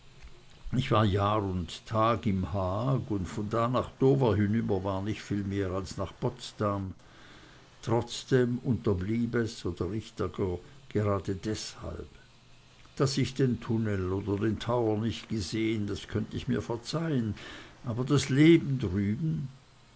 ich war jahr und tag im haag und von da nach dover hinüber war nicht viel mehr als nach potsdam trotzdem unterblieb es oder richtiger gerade deshalb daß ich den tunnel oder den tower nicht gesehn das könnt ich mir verzeihn aber das leben drüben